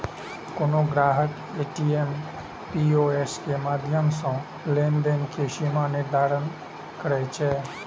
कोनो ग्राहक ATM, POS के माध्यम सं लेनदेन के सीमा निर्धारित कैर सकैए